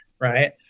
right